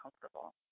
comfortable